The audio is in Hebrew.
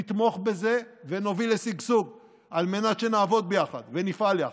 נתמוך בזה ונוביל לשגשוג על מנת שנעבוד ביחד ונפעל יחד.